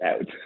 out